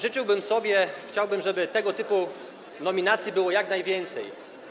Życzyłbym sobie, chciałbym żeby tego typu nominacji było jak najwięcej.